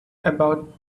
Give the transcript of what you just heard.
about